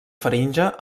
faringe